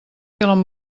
amb